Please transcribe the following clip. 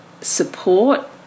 support